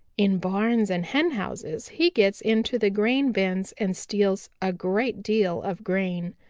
in barns and henhouses he gets into the grain bins and steals a great deal of grain.